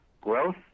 growth